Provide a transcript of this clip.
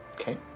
Okay